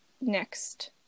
next